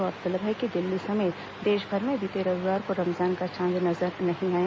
गौरतलब है कि दिल्ली समेत देशभर में बीते रविवार को रमजान का चांद नजर नहीं आया